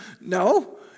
No